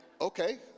Okay